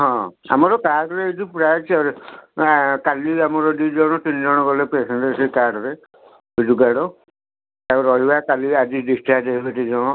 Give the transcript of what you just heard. ହଁ ଆମର କାର୍ଡ଼ ରେ ଏଇଠି ପ୍ରାୟ ଆଁ କାଲି ଆମର ଦୁଇ ଜଣ ତିନି ଜଣ ଗଲେ ପେସେଣ୍ଟ୍ ସେଇ କାର୍ଡ଼ ରେ ବିଜୁ କାର୍ଡ଼ ତାଙ୍କ ରହିବା କାଲି ଆଜି ଡିସ୍ଚାର୍ଜ ହେବେ ଦୁଇ ଜଣ